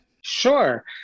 sure